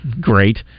Great